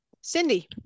Cindy